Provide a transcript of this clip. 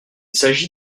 s’agit